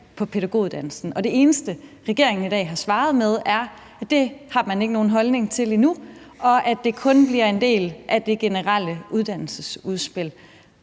på pædagoguddannelsen. Det eneste, regeringen i dag har svaret med, er, at det har man ikke nogen holdning til endnu, og at det kun bliver en del af det generelle uddannelsesudspil.